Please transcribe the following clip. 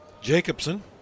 Jacobson